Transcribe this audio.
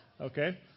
okay